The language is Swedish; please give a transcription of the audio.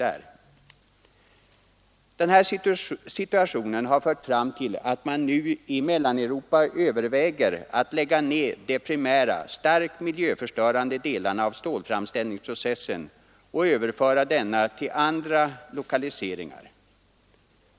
Den här situationen har fört fram till att man nu i Mellaneuropa överväger att lägga ned de primära, starkt miljöförstörande delarna av stålframställningsprocessen och överföra dem till andra lokaliseringar.